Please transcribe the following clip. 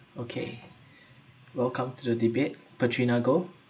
okay welcome to the debate petrinago